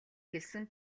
хэлсэн